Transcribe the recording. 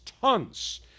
tons